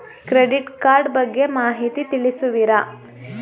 Credit card ಬಗ್ಗೆ ಮಾಹಿತಿ ತಿಳಿಸುವಿರಾ?